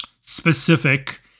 specific